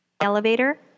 elevator